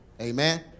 amen